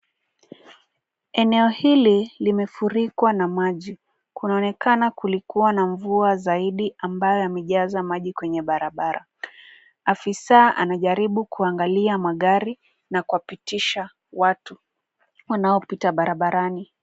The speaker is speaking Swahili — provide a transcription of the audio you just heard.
Eneo hili limefurikwa na maji kunaonekana kulikuwa na mvua zaidi ambayo yamejaza maji kwenye barabara afisa anajaribu kuangalia magari na kuwapitisha watu wanaopita barabarani.